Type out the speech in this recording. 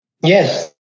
Yes